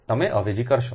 તમે અવેજી કરશે